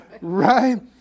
Right